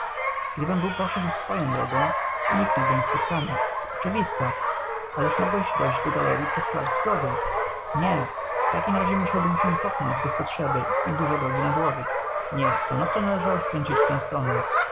gdybym był poszedł swoją drogą uniknąłbym spotkania oczywista ależ mogłeś dojść do galeryi przez plac zgody nie w takim razie musiałbym się cofnąć bez potrzeby i dużo drogi nałożyć nie stanowczo należało skręcić w tę stronę